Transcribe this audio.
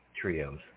trios